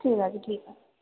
ঠিক আছে ঠিক আছে